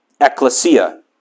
ecclesia